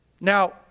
Now